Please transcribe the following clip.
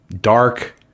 dark